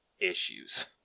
issues